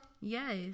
Yes